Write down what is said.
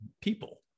people